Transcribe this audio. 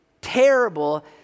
terrible